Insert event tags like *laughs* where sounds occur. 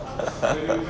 *laughs*